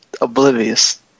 oblivious